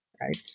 right